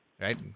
right